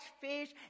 fish